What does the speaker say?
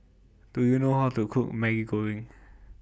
Do YOU know How to Cook Maggi Goreng